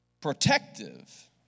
protective